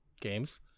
games